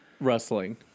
wrestling